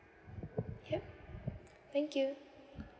yup thank you